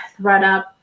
ThreadUp